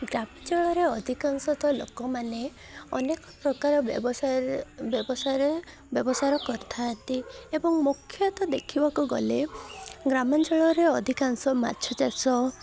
ଗ୍ରାମାଞ୍ଚଳରେ ଅଧିକାଂଶ ତ ଲୋକମାନେ ଅନେକ ପ୍ରକାର ବ୍ୟବସାୟରେ ବ୍ୟବସାୟରେ ବ୍ୟବସାୟର କରିଥାନ୍ତି ଏବଂ ମୁଖ୍ୟତଃ ଦେଖିବାକୁ ଗଲେ ଗ୍ରାମାଞ୍ଚଳରେ ଅଧିକାଂଶ ମାଛ ଚାଷ